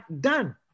done